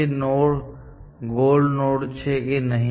આ node goal node તરીકે ના લઇ શકાય કારણ કે કારણ કે તેમાં ફક્ત બે વસ્તુઓ છે